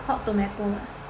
Hot Tomato ah